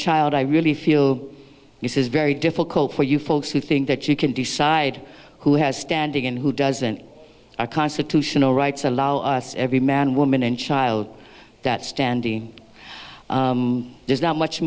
child i really feel this is very difficult for you folks who think that you can decide who has standing and who doesn't our constitutional rights allow us every man woman and child that standing there's not much